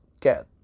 get